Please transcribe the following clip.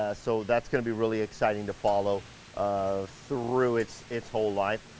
ah so that's gonna be really exciting to follow um through its its whole life.